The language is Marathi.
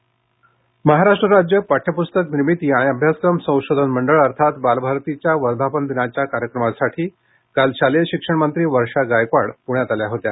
पालक संघटना महाराष्ट्र राज्य पाठ्यप्स्तक निर्मिती आणि अभ्यासक्रम संशोधन मंडळ अर्थात बालभारतीच्या वर्धापन दिनाच्या कार्यक्रमासाठी काल शालेय शिक्षणमंत्री वर्षा गायकवाड प्ण्यात आल्या होत्या